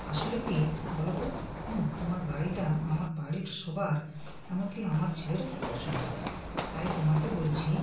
আসলে কী বলতো হুম তোমার গাড়িটা আমার বাড়ির সবার এমন কি আমার ছেলেরও খুব পছন্দ তাই তোমাকে বলছি